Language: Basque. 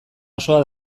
osoa